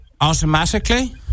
automatically